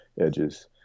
edges